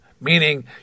meaning